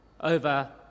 over